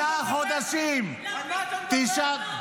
תשעה חודשים, תשעה חודשים --- על מה אתה מדבר?